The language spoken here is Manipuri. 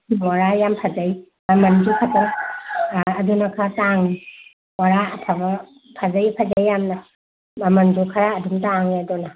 ꯃꯣꯔꯥ ꯌꯥꯝ ꯐꯖꯩ ꯃꯃꯟꯗꯣ ꯈꯖꯤꯛꯇꯪ ꯑꯗꯨꯅ ꯈꯔ ꯇꯥꯡꯉꯤ ꯃꯣꯔꯥ ꯑꯐꯕ ꯐꯖꯩ ꯐꯖꯩ ꯌꯥꯝꯅ ꯃꯃꯟꯁꯨ ꯈꯔ ꯑꯗꯨꯝ ꯇꯥꯡꯉꯦ ꯑꯗꯨꯅ